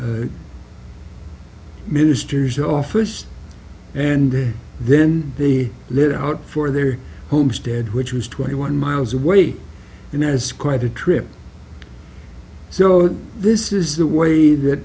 minister's office and then they lit out for their homestead which was twenty one miles away and has quite a trip so this is the way that